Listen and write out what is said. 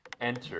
Enter